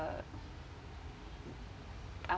uh I